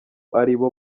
aribo